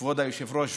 כבוד היושב-ראש,